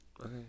okay